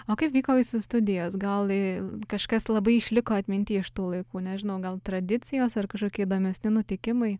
o kaip vyko jūsų studijos gal kažkas labai išliko atminty iš tų laikų nežinau gal tradicijos ar kažkokie įdomesni nutikimai